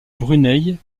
brunei